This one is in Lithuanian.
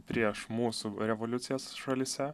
prieš mūsų revoliucijas šalyse